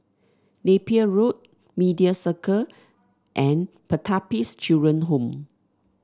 Napier Road Media Circle and Pertapis Children Home